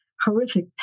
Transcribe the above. horrific